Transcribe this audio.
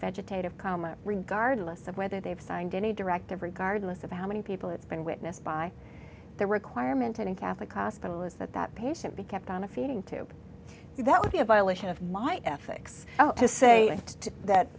vegetative coma regardless of whether they've signed any directive regardless of how many people it's been witnessed by the requirement in catholic hospital is that that patient be kept on a feeding tube so that would be a violation of my ethics to say that